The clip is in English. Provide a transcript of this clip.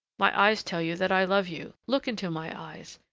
my eyes tell you that i love you. look into my eyes,